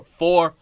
four